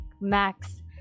max